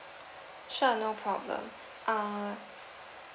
sure no problem err